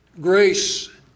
grace